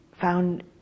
found